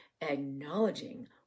acknowledging